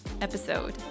episode